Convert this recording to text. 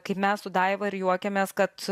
kaip mes su daiva ir juokiamės kad